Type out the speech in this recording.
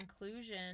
inclusion